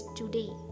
today